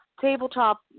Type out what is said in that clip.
tabletop